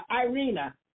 Irina